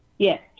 Yes